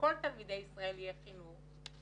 שלכל תלמידי ישראל יהיה חינוך,